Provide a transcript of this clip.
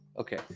Okay